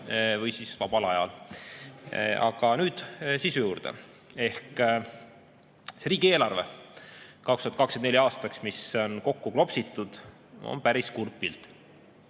või siis vabal ajal. Aga nüüd sisu juurde. Riigieelarve 2024. aastaks, mis on kokku klopsitud, on päris kurb pilt.